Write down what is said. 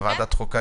בוועדת החוקה,